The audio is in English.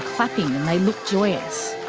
clapping, they look joyous.